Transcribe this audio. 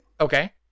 Okay